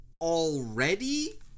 already